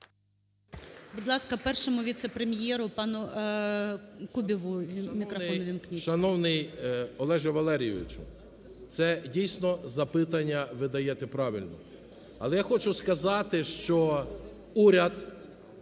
Будь ласка, Першому віце-прем'єру пануКубіву мікрофон ввімкніть.